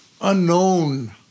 unknown